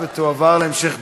ותועבר להמשך דיון,